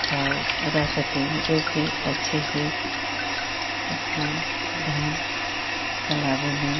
ख्याल रह सकें जो कि अच्छे से अपना ध्यान तालाबों में